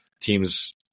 teams –